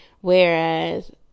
whereas